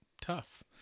Tough